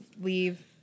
leave